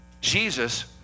Jesus